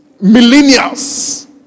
millennials